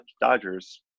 Dodgers